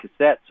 cassettes